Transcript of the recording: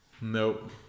Nope